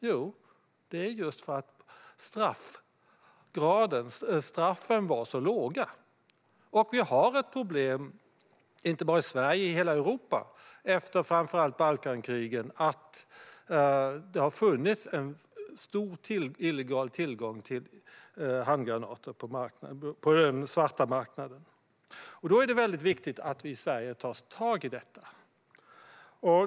Jo, det berodde just på att straffen var så låga. Vi har ett problem inte bara i Sverige utan i hela Europa efter framför allt Balkankrigen; det har funnits en stor illegal tillgång till handgranater på den svarta marknaden. Då är det väldigt viktigt att vi i Sverige tar tag i detta.